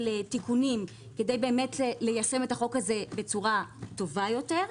תיקונים כדי ליישם את החוק הזה בצורה טובה יותר.